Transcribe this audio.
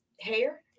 hair